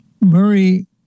Murray